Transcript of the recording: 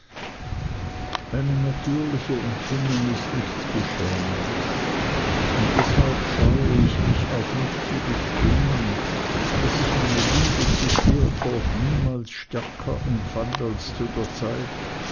eine natürliche empfindung ist nichts beschämendes und deshalb scheue ich mich auch nicht zu gestehen daß ich meine liebe zu steerforth niemals stärker empfand als zu der zeit